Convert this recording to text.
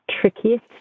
Trickiest